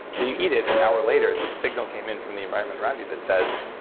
so you eat it, an hour later the signal came in from the environment around you that says,